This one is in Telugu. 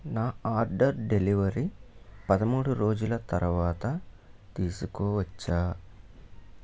నా ఆర్డర్ డెలివరీ పదమూడు రోజుల తరువాత తీసుకోవచ్చా